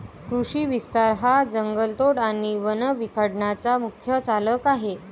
कृषी विस्तार हा जंगलतोड आणि वन विखंडनाचा मुख्य चालक आहे